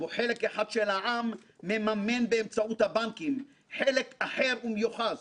בו חלק אחד של העם מממן באמצעות הבנקים חלק אחר ומיוחס